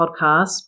podcast